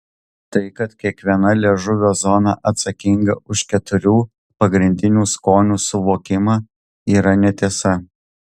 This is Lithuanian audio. tai kad kiekviena liežuvio zona atsakinga už keturių pagrindinių skonių suvokimą yra netiesa